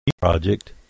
project